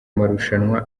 marushanwa